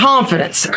Confidence